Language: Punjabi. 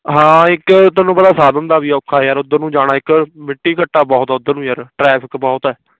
ਹਾਂ ਇੱਕ ਤੁਹਾਨੂੰ ਪਤਾ ਸਾਧਨ ਦਾ ਵੀ ਔਖਾ ਯਾਰ ਉੱਧਰ ਨੂੰ ਜਾਣਾ ਇੱਕ ਮਿੱਟੀ ਘੱਟਾ ਬਹੁਤ ਉੱਧਰ ਨੂੰ ਯਾਰ ਟਰੈਫਿਕ ਬਹੁਤ ਹੈ